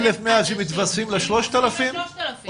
1,100 שמתווספים ל-3,000?